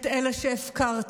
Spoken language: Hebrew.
את אלה שהפקרתם,